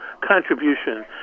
contribution